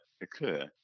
occur